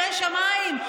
ירא שמיים,